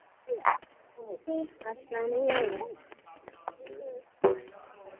अच्छा नी अजें